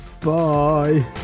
Bye